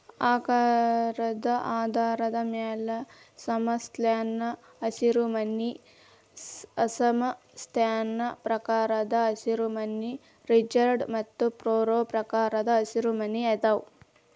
ಆಕಾರದ ಆಧಾರದ ಮ್ಯಾಲೆ ಸಮಸ್ಪ್ಯಾನ್ ಹಸಿರುಮನಿ ಅಸಮ ಸ್ಪ್ಯಾನ್ ಪ್ರಕಾರದ ಹಸಿರುಮನಿ, ರಿಡ್ಜ್ ಮತ್ತು ಫರೋ ಪ್ರಕಾರದ ಹಸಿರುಮನಿ ಅದಾವ